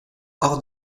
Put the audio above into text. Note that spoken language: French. hors